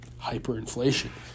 Hyperinflation